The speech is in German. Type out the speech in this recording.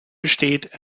besteht